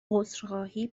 عذرخواهی